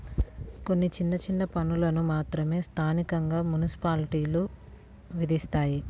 కొన్ని చిన్న చిన్న పన్నులను మాత్రమే స్థానికంగా మున్సిపాలిటీలు విధిస్తాయి